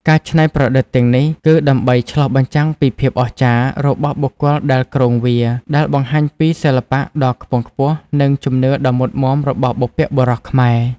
ការច្នៃប្រឌិតទាំងនេះគឺដើម្បី ឆ្លុះបញ្ចាំងពីភាពអស្ចារ្យ របស់បុគ្គលដែលគ្រងវា ដែលបង្ហាញពីសិល្បៈដ៏ខ្ពង់ខ្ពស់ និងជំនឿដ៏មុតមាំរបស់បុព្វបុរសខ្មែរ។